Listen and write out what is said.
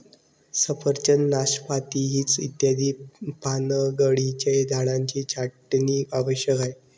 सफरचंद, नाशपाती, पीच इत्यादी पानगळीच्या झाडांची छाटणी आवश्यक आहे